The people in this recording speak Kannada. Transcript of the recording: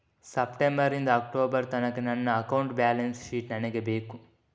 ಸೆಪ್ಟೆಂಬರ್ ನಿಂದ ಅಕ್ಟೋಬರ್ ತನಕ ನನ್ನ ಅಕೌಂಟ್ ಬ್ಯಾಲೆನ್ಸ್ ಶೀಟ್ ನನಗೆ ಬೇಕು